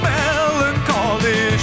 melancholy